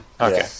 Okay